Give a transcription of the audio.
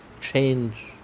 change